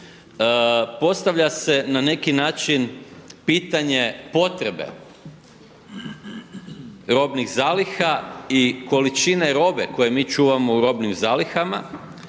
postavlja se na neki način pitanje potrebe robnih zaliha i količine robe koju mi čuvamo u robnim zalihama